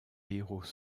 héros